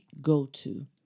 go-to